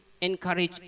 encourage